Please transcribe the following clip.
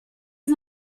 les